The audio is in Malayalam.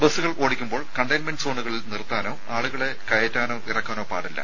ബസ്സുകൾ ഓടിക്കുമ്പോൾ കണ്ടെയൻമെന്റ് സോണുകളിൽ നിർത്താനോ ആളുകളെ കയറ്റാനോ ഇറക്കാനോ പാടില്ല